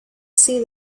see